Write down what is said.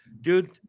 dude